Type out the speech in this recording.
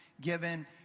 given